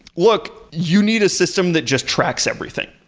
look, you need a system that just tracks everything,